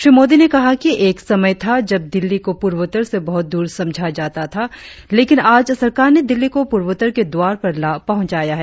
श्री मोदी ने कहा कि एक समय था जब दिल्ली को पूर्वोत्तर से बहुत दूर समझा जाता था लेकिन आज सरकार ने दिल्ली को पूर्वोत्तर के द्वार पर ला पहुंचाया है